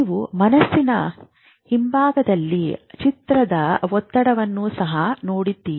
ನೀವು ಮನಸ್ಸಿನ ಹಿಂಭಾಗದಲ್ಲಿ ಚಿತ್ರದ ಒತ್ತಡವನ್ನು ಸಹ ನೋಡುತ್ತೀರಿ